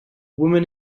woman